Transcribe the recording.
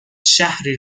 شهری